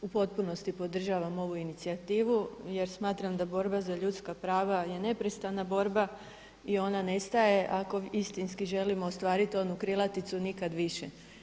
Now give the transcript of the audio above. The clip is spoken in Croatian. U potpunosti podržavam ovu inicijativu jer smatram da borba za ljudska prava je neprestana borba i ona ne staje ako istinski želimo ostvariti onu krilaticu „Nikad više“